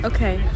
Okay